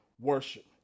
worship